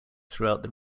throughout